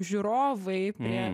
žiūrovai prie